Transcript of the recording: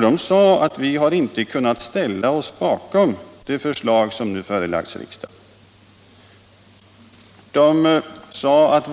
De sade att de inte kunnat ställa sig bakom det förslag som förelagts riksdagen och att